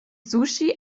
sushi